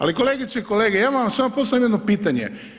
Ali kolegice i kolege ja bi vam samo postavio jedno pitanje.